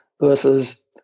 versus